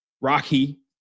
Rocky